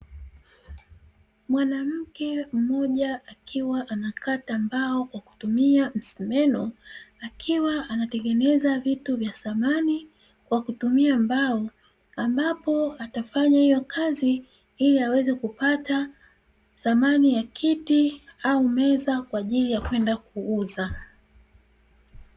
Mwanamke mmoja akiwa anakata mbao kwa kutumia msumeno, akiwa anatengeneza vitu vya samani kwa kutumia mbao; ambapo atafanya hiyo kazi ili aweze kupata samani ya kiti au meza kwa ajili ya kwenda kuuza.